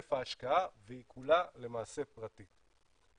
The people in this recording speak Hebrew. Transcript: היקף ההשקעה והיא כולה למעשה פרטית.